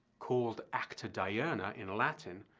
called acta diurna in latin,